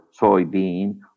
soybean